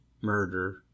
murder